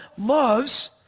loves